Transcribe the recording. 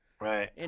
Right